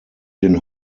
den